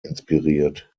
inspiriert